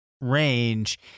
range